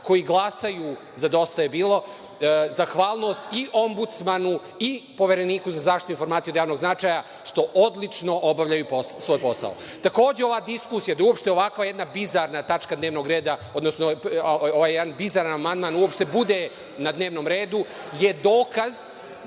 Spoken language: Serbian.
koji glasaju za DJB, zahvalnost i Ombudsmanu i Povereniku za zaštitu informacija od javnog značaja što odlično obavljaju svoj posao. Takođe, ova diskusije, da uopšte jedna ovako bizarna tačka dnevnog reda, odnosno ovaj jedan bizaran amandman uopšte bude na dnevnom redu, je dokaz